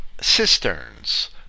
cisterns